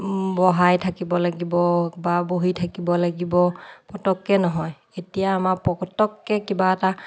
বহাই থাকিব লাগিব বা বহি থাকিব লাগিব পটককে নহয় এতিয়া আমাৰ পটককে কিবা এটা